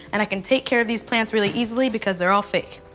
and i can take care of these plants really easily because they're all fake.